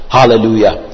Hallelujah